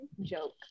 joke